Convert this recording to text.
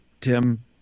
Tim